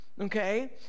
okay